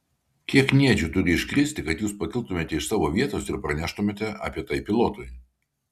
kiek kniedžių turi iškristi kad jūs pakiltumėte iš savo vietos ir praneštumėte apie tai pilotui